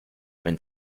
wenn